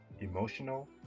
emotional